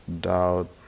Doubt